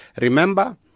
Remember